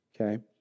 Okay